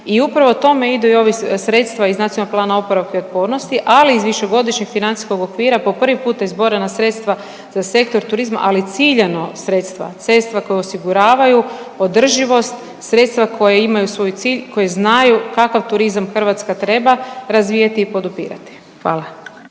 i upravo tome idu i ovi sredstva iz NPOO-a, ali i iz višegodišnjeg financijskog okvira po prvi puta izborena sredstva za sektor turizma, ali ciljano sredstva, sredstva koja osiguravaju održivost, sredstva koja imaju svoj cilj, koji znaju kakav turizam Hrvatska treba razvijati i podupirati, hvala.